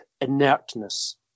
inertness